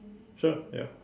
sure ya